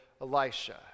Elisha